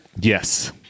Yes